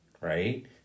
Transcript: right